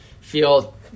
feel